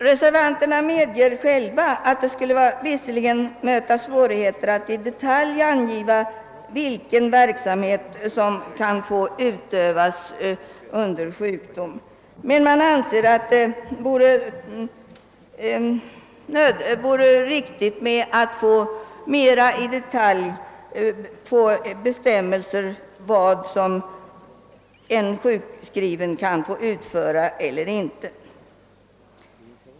Reservanterna medger själva att det skulle möta svårigheter att i detalj ange vilken verksamhet som skulle få utövas under sjukdom, men man anser att det vore riktigt med mera detaljerade bestämmelser om vilket arbete en sjukskriven kan få utföra.